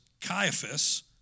Caiaphas